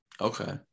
Okay